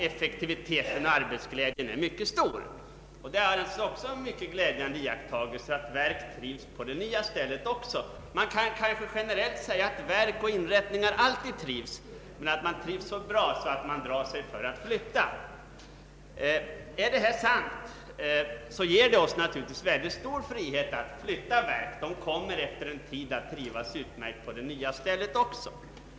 Effektiviteten och arbetsglädjen sägs vara mycket stor. Det är alltså en mycket glädjande iakttagelse att verk trivs också på nya ställen. Man kan kanske generellt säga att verk och inrättningar alltid trivs, men att de trivs så bra att de drar sig för att flytta. Är detta sant, ger det oss naturligtvis mycket stor frihet att flytta verk. De kommer efter en tid att trivas utmärkt även på det nya stället.